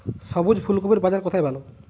সবুজ ফুলকপির বাজার কোথায় ভালো?